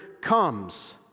comes